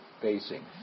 facing